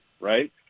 right